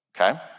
okay